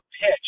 pitch